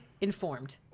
informed